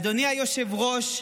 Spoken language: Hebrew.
אדוני היושב-ראש,